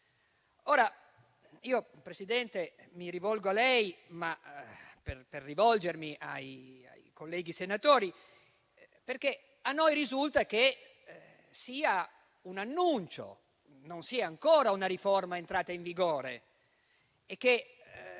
Signor Presidente, mi rivolgo a lei per rivolgermi ai colleghi senatori, perché a noi risulta che sia un annuncio e non sia ancora una riforma entrata in vigore e che